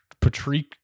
Patrick